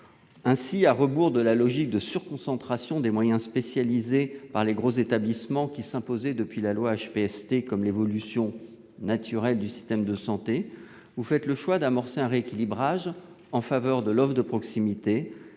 Ainsi, à rebours de la logique de surconcentration des moyens spécialisés dans les gros établissements, logique qui s'impose depuis la loi HPST comme l'évolution « naturelle » du système de santé, vous faites le choix d'amorcer un rééquilibrage en faveur de l'offre de proximité